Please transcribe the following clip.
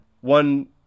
one